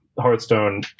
Hearthstone